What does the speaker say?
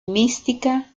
mística